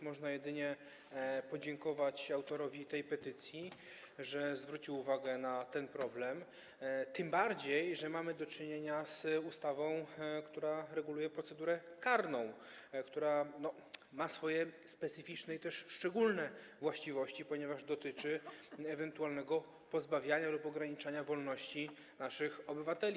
Można jedynie podziękować autorowi tej petycji, że zwrócił uwagę na ten problem, tym bardziej że mamy do czynienia z ustawą, która reguluje procedurę karną, która ma swoje specyficzne i też szczególne właściwości, ponieważ dotyczy ewentualnego pozbawiania lub ograniczania wolności naszych obywateli.